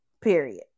period